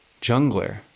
Jungler